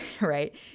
right